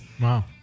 wow